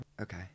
okay